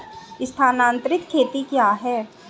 स्थानांतरित खेती क्या है?